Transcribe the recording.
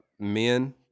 Men